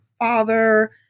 father